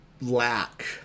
lack